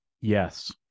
Yes